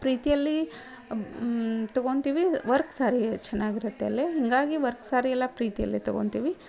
ಪ್ರೀತಿಯಲ್ಲಿ ತಗೊತಿವಿ ವರ್ಕ್ ಸಾರೀ ಚೆನ್ನಾಗಿರುತ್ತೆ ಅಲ್ಲಿ ಹೀಗಾಗಿ ವರ್ಕ್ ಸಾರಿ ಎಲ್ಲ ಪ್ರೀತಿಯಲ್ಲೇ ತಗೊತಿವಿ